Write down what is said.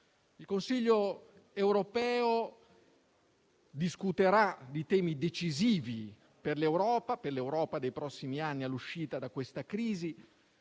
il Consiglio europeo discuterà temi decisivi per l'Europa dei prossimi anni, in uscita da questa crisi;